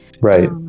right